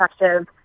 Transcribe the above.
effective